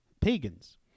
pagans